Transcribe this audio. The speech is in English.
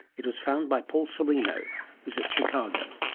it was found by paul sereno who is at chicago.